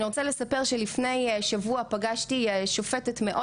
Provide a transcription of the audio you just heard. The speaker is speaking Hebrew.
אני רוצה לספר שלפני שבוע פגשתי שופטת מאוד